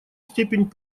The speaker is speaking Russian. степень